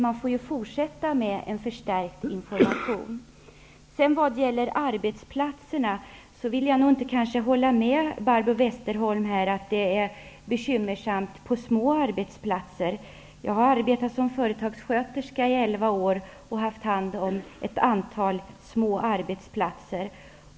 Man måste ju fortsätta med en förstärkt information. Vad gäller arbetsplatserna vill jag inte hålla med Barbro Westerholm om att det är bekymmersamt på små arbetsplatser. Jag har arbetat som företagssköterska i elva år och har haft hand om ett antal små arbetsplatser.